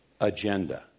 agenda